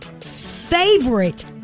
favorite